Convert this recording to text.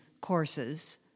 courses